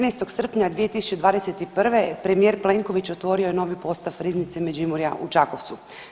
13. srpnja 2021. premijer Plenković otvorio je novi postav Riznice Međimurja u Čakovcu.